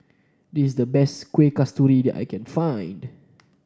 this is the best Kuih Kasturi that I can find